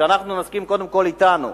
כשאנחנו נסכים קודם כול בינינו,